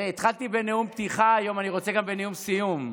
התחלתי בנאום פתיחה היום, אני רוצה גם נאום סיום.